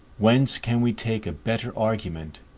whence can we take a better argument,